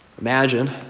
Imagine